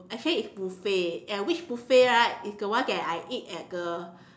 I say it's buffet and which buffet right is the one that I eat at the